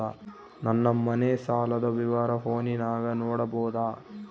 ನನ್ನ ಮನೆ ಸಾಲದ ವಿವರ ಫೋನಿನಾಗ ನೋಡಬೊದ?